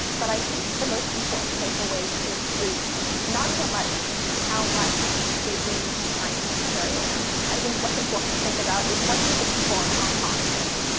but i think the most important takeaway is not so much how much beijing is behind carrie lam. i think what's important to think about is what do the people in hong kong think.